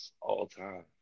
All-time